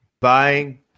buying